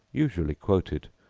usually quoted,